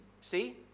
See